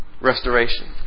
restoration